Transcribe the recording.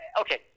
okay